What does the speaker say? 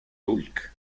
hulk